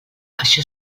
això